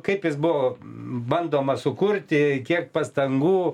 kaip jis buvo bandoma sukurti kiek pastangų